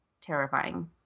terrifying